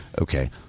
Okay